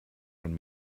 von